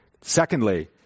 Secondly